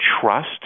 trust